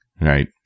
right